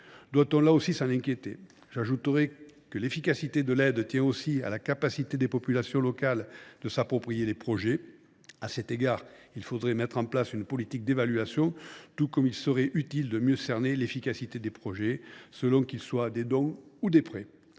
fois de plus, nous en inquiéter ? J’ajoute que l’efficacité de l’aide tient aussi à la capacité des populations locales à s’approprier les projets. À cet égard, il faudrait mettre en place une politique d’évaluation, tout comme il serait utile de mieux cerner leur efficacité selon qu’ils reposent sur des dons ou sur des prêts.